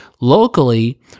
Locally